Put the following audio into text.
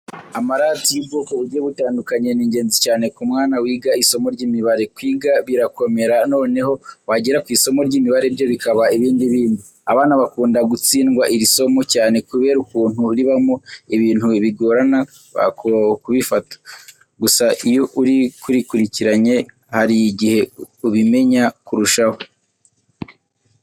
Amarati y'ubwoko bugiye butandukanye ni ingenzi cyane ku mwana wiga isomo ry'imibare. Kwiga birakomera noneho wagera ku isomo ry'imibare byo bikaba ibindi bindi. Abana bakunda gutsindwa iri somo cyane kubera ukuntu ribamo ibintu bigorana kubifata. Gusa iyo urikurikiranye hari igihe ubimenya kurushaho.